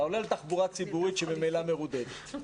אתה עולה לתחבורה הציבורית שממילא מרודדת,